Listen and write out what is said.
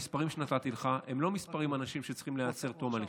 המספרים שנתתי לך הם לא מספרים של האנשים שצריכים להיעצר עד תום הליכים.